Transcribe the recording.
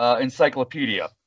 encyclopedia